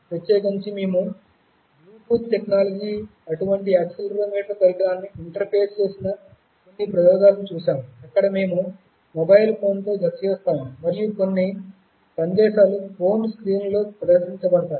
ప్రత్యేకించి మేము బ్లూటూత్ టెక్నాలజీతో అటువంటి యాక్సిలెరోమీటర్ పరికరాన్ని ఇంటర్ఫేస్ చేసిన కొన్ని ప్రయోగాలను చూశాము అక్కడ మేము మొబైల్ ఫోన్ తో జత చేసాము మరియు కొన్ని సందేశాలు మొబైల్ ఫోన్ స్క్రీన్లలో ప్రదర్శించబడతాయి